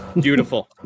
Beautiful